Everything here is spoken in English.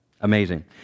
Amazing